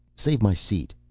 save my seat.